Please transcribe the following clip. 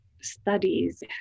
studies